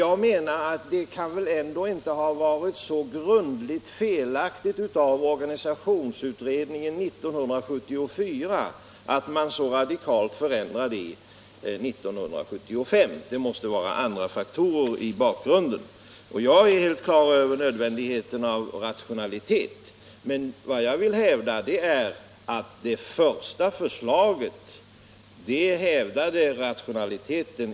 Organisationsutredningens förslag från år 1974 kan väl inte ha varit så i grunden felaktigt, att man radikalt måste förändra det år 1975. Det måste här finnas andra faktorer i bakgrunden. Jag är helt på det klara med nödvändigheten av att verksamheten bedrivs rationellt. Jag vill emellertid hävda att det första förslaget väl tillgodosåg rationaliteten.